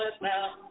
now